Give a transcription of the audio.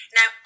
Now